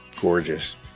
gorgeous